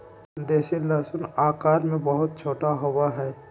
देसी लहसुन आकार में बहुत छोटा होबा हई